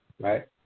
Right